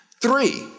Three